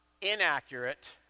inaccurate